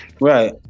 Right